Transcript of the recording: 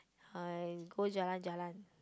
I go jalan-jalan